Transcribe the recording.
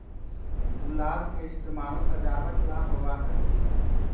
गुलाब के इस्तेमाल सजावट ला होबा हई